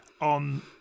on